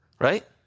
Right